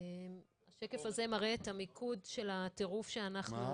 השקף הזה מראה את המיקוד של הטירוף שאנחנו